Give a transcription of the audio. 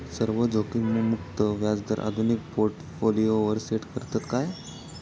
सर्व जोखीममुक्त व्याजदर आधुनिक पोर्टफोलियोवर सेट करतत काय?